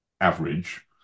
average